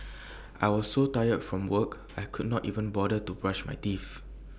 I was so tired from work I could not even bother to brush my teeth